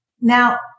Now